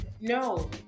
no